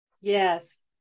Yes